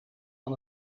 van